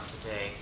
today